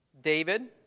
David